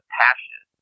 passion